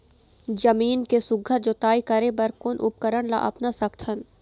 जमीन के सुघ्घर जोताई करे बर कोन उपकरण ला अपना सकथन?